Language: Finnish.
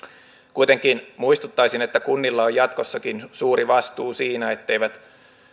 kuitenkin muistuttaisin että kunnilla on jatkossakin suuri vastuu siinä etteivät